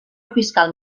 fiscal